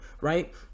right